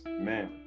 man